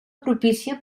propícia